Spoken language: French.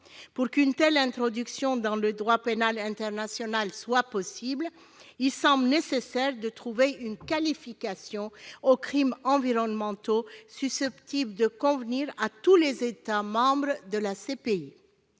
pour qu'une telle introduction dans le droit pénal international soit possible, il semble nécessaire de trouver une qualification des crimes environnementaux susceptible de convenir à tous les États membres de la CPI.